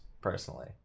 personally